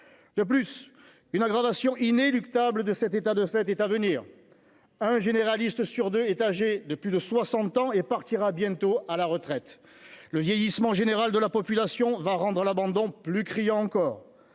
de plus, une aggravation inéluctable de cet état de fait état venir un généraliste sur 2 est âgé de plus de 60 ans et partira bientôt à la retraite, le vieillissement général de la population va rendre l'abandon plus criant encore